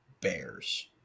Bears